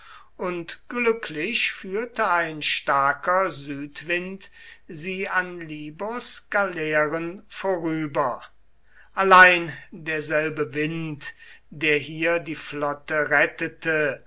und glücklich führte ein starker südwind sie an libos galeeren vorüber allein derselbe wind der hier die flotte rettete